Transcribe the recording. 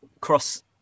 cross